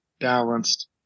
balanced